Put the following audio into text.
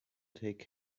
take